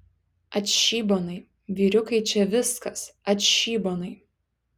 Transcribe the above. atšybonai vyriukai čia viskas atšybonai